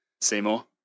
Seymour